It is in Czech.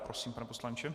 Prosím, pane poslanče.